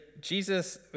Jesus